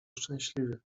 szczęśliwie